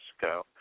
go